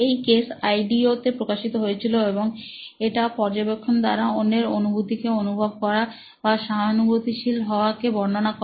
এই কেস আইডিও তে প্রকাশিত হয়েছিল এবং এটা পর্যবেক্ষণ দ্বারা অন্যের অনুভুতি কে অনুভব করার বা সহানুভূতিশীল হওয়া কে বর্ণনা করে